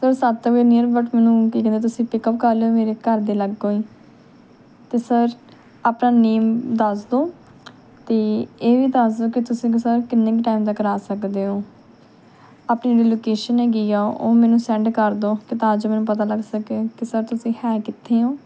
sir ਸੱਤ ਵਜੇ near about ਮੈਨੂੰ ਕੀ ਕਹਿੰਦੇ ਤੁਸੀਂ ਪਿਕਅਪ ਕਰ ਲਿਓ ਮੇਰੇ ਘਰ ਦੇ ਲਾਗੋ ਹੀ ਅਤੇ ਸਰ ਆਪਣਾ ਨੇਮ ਦੱਸ ਦਿਓ ਅਤੇ ਇਹ ਵੀ ਦੱਸ ਦਿਓ ਕਿ ਤੁਸੀਂ ਕ ਸਰ ਕਿੰਨੇ ਕੁ ਟਾਈਮ ਤੱਕਰ ਆ ਸਕਦੇ ਹੋ ਆਪਣੀ ਲੋਕੇਸ਼ਨ ਹੈਗੀ ਆ ਉਹ ਮੈਨੂੰ ਸੈਂਡ ਕਰ ਦਿਓ ਕਿ ਤਾਂ ਜੋ ਮੈਨੂੰ ਪਤਾ ਲੱਗ ਸਕੇ ਕਿ ਸਰ ਤੁਸੀਂ ਹੈ ਕਿੱਥੇ ਹੋ